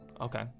Okay